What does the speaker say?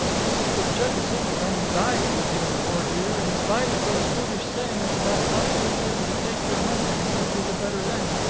you see the judge's income died with him, poor dear, in spite of those foolish sayings about not being able to take your money with you to the better land,